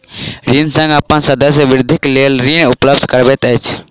ऋण संघ अपन सदस्यक वृद्धिक लेल ऋण उपलब्ध करबैत अछि